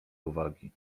uwagi